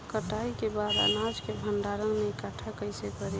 कटाई के बाद अनाज के भंडारण में इकठ्ठा कइसे करी?